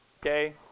Okay